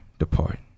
depart